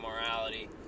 morality